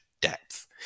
depth